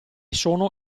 sono